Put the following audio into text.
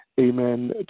amen